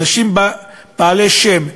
אנשים בעלי שם.